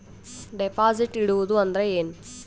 Deposit ಇಡುವುದು ಅಂದ್ರ ಏನ?